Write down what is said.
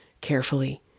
Carefully